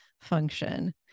function